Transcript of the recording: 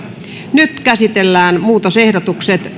nyt käsitellään muutosehdotukset